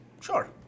Sure